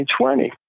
2020